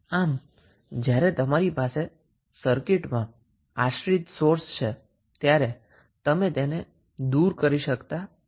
આમ જ્યારે તમારી પાસે સર્કિટમાં ડિપેન્ડન્ટ સોર્સ છે જેન તમે દુર કરી શકતા નથી